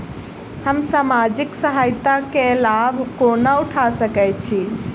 हम सामाजिक सहायता केँ लाभ कोना उठा सकै छी?